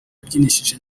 yabyinishije